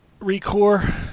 Recore